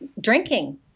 drinking